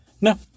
No